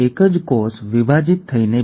આજકાલ શું સુસંગતતા છે